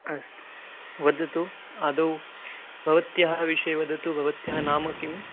अस्तु वदतु आदौ भवत्याः विषये वदतु भवत्याः नाम किम्